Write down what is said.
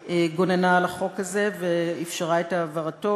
שגוננה על החוק הזה ואפשרה את העברתו,